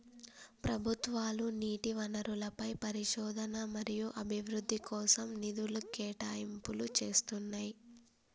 ప్రభుత్వాలు నీటి వనరులపై పరిశోధన మరియు అభివృద్ధి కోసం నిధుల కేటాయింపులు చేస్తున్నయ్యి